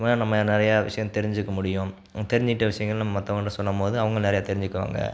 இது மாதிரி நம்ம நிறையா விஷயம் தெரிஞ்சுக்க முடியும் ம் தெரிஞ்சு கிட்டே விஷயங்களை நம்ம மற்றவங்க கிட்டே சொல்லும்போது அவங்க நிறைய தெரிஞ்சுக்குவாங்க